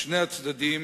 בשני הצדדים